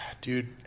dude